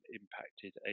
impacted